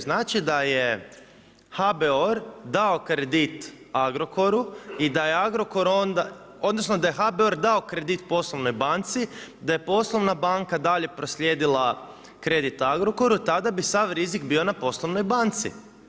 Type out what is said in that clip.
Znači da je HBOR dao kredit Agrokoru i da je odnosno da je HBOR dao kredit poslovnoj banci, da je poslovna banka dalje proslijedila kredit Agrokoru tada bi sav rizik bio na poslovnoj banci.